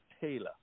Taylor